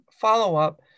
follow-up